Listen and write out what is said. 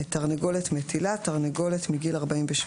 "תרנגולת מטילה" תרנגולת עGallus gallus)) מגיל 48